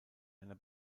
einer